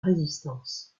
résistance